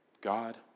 God